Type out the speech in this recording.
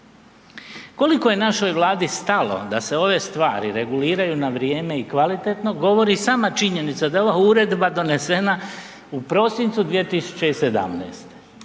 Koliko je našoj Vladi stalo da se ove stvari reguliraju na vrijeme i kvalitetno govori sama činjenica da je ova uredba donesena u prosincu 2017.,